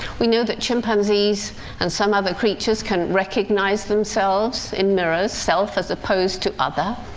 we know that chimpanzees and some other creatures can recognize themselves in mirrors self as opposed to other.